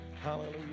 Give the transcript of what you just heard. hallelujah